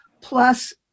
plus